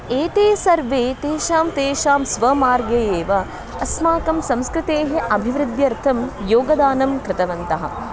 एते सर्वे तेषां तेषां स्वमार्गे एव अस्माकं संस्कृतेः अभिवृद्ध्यर्थं योगदानं कृतवन्तः